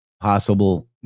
possible